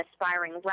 aspiring